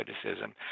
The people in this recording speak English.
criticism